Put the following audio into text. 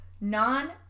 non